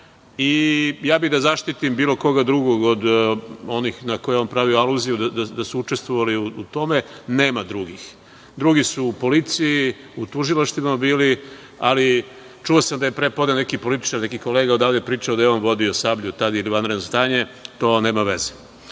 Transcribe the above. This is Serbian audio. I ja bih da zaštitim bilo koga drugog od onih na koje on pravio aluziju da su učestvovali u tome. Nema drugih. Drugi su u policiji, u tužilaštvima bili, ali čuo sam da je prepodne neki političar, neki kolega odavde pričao da je on vodio „Sablju“ tada i vanredno stanje, to nema